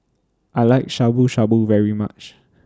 I like Shabu Shabu very much